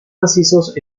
macizos